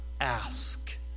ask